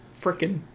freaking